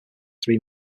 three